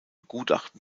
gutachten